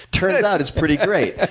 turns out it's pretty great.